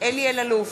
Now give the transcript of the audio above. אלי אלאלוף,